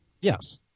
Yes